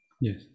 Yes